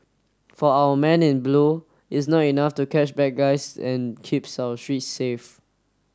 for our men in blue it's not enough to catch bad guys and keeps our streets safe